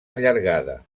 allargada